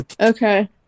Okay